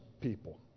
people